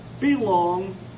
belong